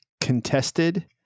contested